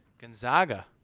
Gonzaga